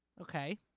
Okay